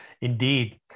Indeed